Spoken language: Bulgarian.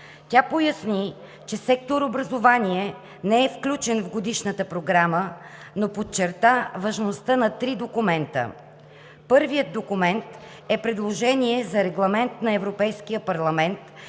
Тя поясни, че сектор „Образование“ не е включен в Годишната програма, но подчерта важността на три документа. Първият документ е предложение за Регламент на Европейския парламент